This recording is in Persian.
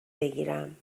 بگیرم